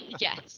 Yes